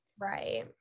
right